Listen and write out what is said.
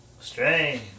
Strange